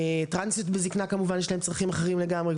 טרנסיות בזקנה כמובן יש להן צרכים אחרים לגמרי,